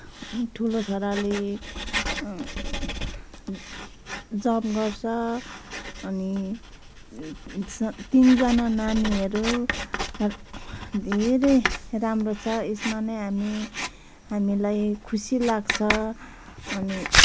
ठुलो छोराले जब गर्छ अनि स तिनजना नानीहरू हँ धेरै राम्रो छ यसमा नै हामी हामीलाई खुसी लाग्छ अनि